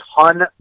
ton